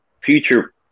future